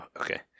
okay